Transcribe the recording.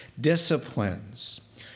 disciplines